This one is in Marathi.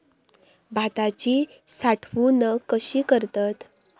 भाताची साठवूनक कशी करतत?